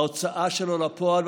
ההוצאה שלו לפועל,